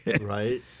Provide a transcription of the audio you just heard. Right